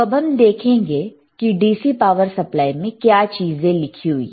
अब हम देखेंगे की DC पावर सप्लाई में क्या चीजें लिखी हुई है